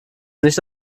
nicht